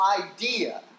idea